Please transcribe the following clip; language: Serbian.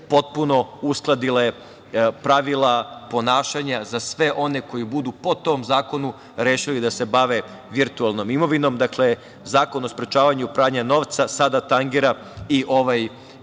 potpuno uskladila pravila ponašanja za sve one koji budu po tom zakonu rešili da se bave virtualnom imovinom. Dakle, Zakon o sprečavanju pranja novca sada tangira i ovaj